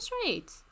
straight